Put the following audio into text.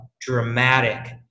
dramatic